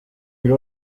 meil